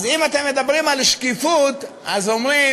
אז אם אתם מדברים על שקיפות, אומרים: